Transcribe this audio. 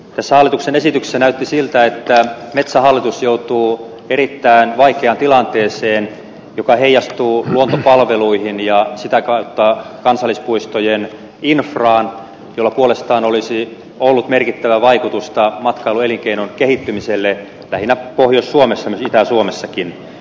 tässä hallituksen esityksessä näytti siltä että metsähallitus joutuu erittäin vaikeaan tilanteeseen joka heijastuu luontopalveluihin ja sitä kautta kansallispuistojen infraan jolla puolestaan olisi ollut merkittävää vaikutusta matkailuelinkeinon kehittymiselle lähinnä pohjois suomessa myös itä suomessakin